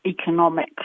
economic